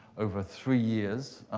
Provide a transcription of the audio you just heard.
over three years.